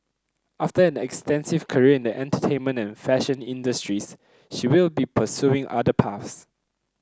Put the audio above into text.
after an extensive career in the entertainment and fashion industries she will be pursuing other paths